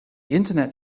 internet